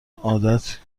عادت